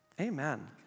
Amen